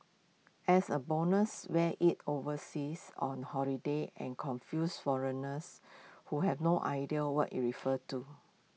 as A bonus wear IT overseas on holiday and confuse foreigners who have no idea what IT refers to